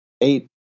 eight